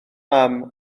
mam